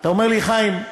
אתה אומר לי: חיים,